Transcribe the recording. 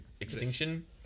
Extinction